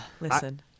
Listen